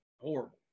horrible